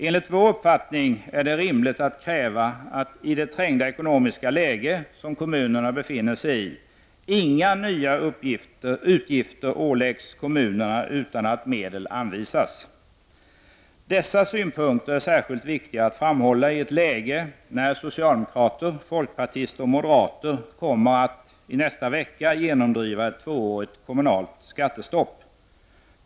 Enligt vår uppfattning är det rimligt att kräva att i det trängda ekonomiska läge som kommunerna befinner sig i inga nya utgifter åläggs kommu nerna utan att medel anvisas. Dessa synpunkter är särskilt viktiga att framhålla i ett läge när socialdemokrater, folkpartister och moderater kommer att i nästa vecka genomdriva ett tvåårigt kommunalt skattestopp.